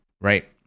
right